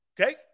Okay